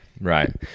Right